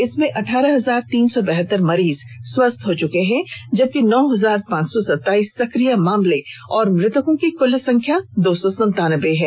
इसमें अठारह हजार तीन सौ बहतर मरीज स्वस्थ हो चुके हैं जबकि नौ हजार पांच सौ सताइस सक्रिय मामले और मृतकों की कुल संख्या दो सौ संतानबे है